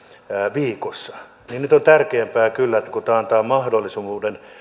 viikossa mutta nyt on tärkeämpää kyllä se että tämä antaa mahdollisuuden